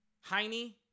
Heine